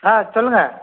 ஆ சொல்லுங்கள்